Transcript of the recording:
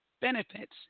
benefits